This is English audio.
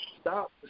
Stop